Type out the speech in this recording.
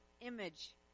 image